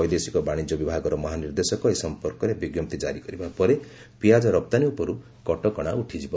ବୈଦେଶିକ ବାଶିଜ୍ୟ ବିଭାଗର ମହାନିର୍ଦ୍ଦେଶକ ଏ ସମ୍ପର୍କରେ ବିଞ୍ଜପ୍ତି କାରି କରିବା ପରେ ପିଆଜି ରପ୍ତାନୀ ଉପରୁ କଟକଣା ଉଠିଯିବ